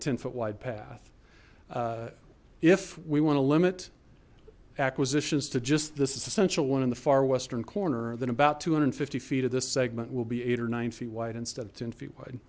a ten foot wide path if we want to limit acquisitions to just this essential one in the far western corner then about two hundred and fifty feet of this segment will be eight or nine feet wide instead of ten feet wide